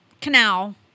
canal